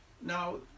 Now